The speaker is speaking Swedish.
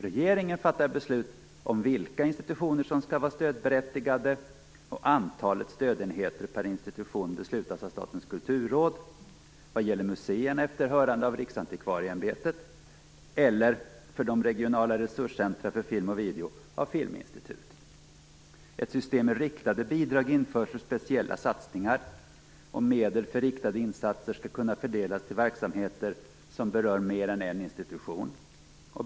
Regeringen fattar beslut om vilka institutioner som skall vara stödberättigade, och antalet stödenheter per institution fastställs av Statens kulturråd, vad gäller museerna efter hörande av Riksantikvarieämbetet och vad gäller de regionala resurscentrumen för film och video efter hörande av Filminstitutet. Ett system med riktade bidrag införs för speciella satsningar, och medel för riktade insatser skall kunna fördelas till verksamheter som berör mer än en institution.